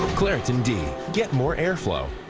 um claritin d get more air flow.